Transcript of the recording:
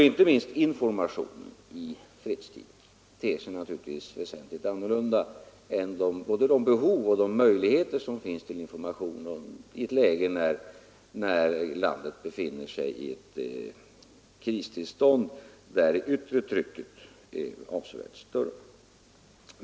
Inte minst informationen i fredstid ter sig väsentligt annorlunda än de behov av och möjligheter till information som finns när landet befinner sig i ett kristillstånd där det yttre trycket är avsevärt större.